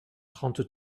trente